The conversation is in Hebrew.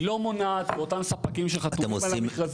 היא לא מונעת מאותם ספקים שחתומים על המכרזים